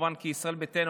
וכמובן שישראל ביתנו,